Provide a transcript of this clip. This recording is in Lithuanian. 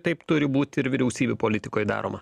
taip turi būt ir vyriausybių politikoj daroma